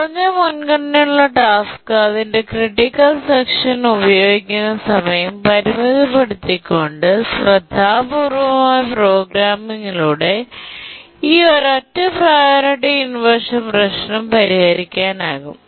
കുറഞ്ഞ മുൻഗണനയുള്ള ടാസ്ക് അതിന്റെ ക്രിട്ടിക്കൽ സെക്ഷ ഉപയോഗിക്കുന്ന സമയം പരിമിതപ്പെടുത്തിക്കൊണ്ട് ശ്രദ്ധാപൂർവ്വമായ പ്രോഗ്രാമിംഗിലൂടെ ഈ ഒരൊറ്റ പ്രിയോറിറ്റി ഇൻവെർഷൻ പ്രശ്നം പരിഹരിക്കാനാകും